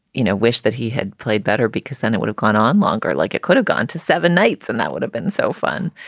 you know, wish that he had played better because then it would have gone on longer, like it could've gone to seven nights and that would have been so fun.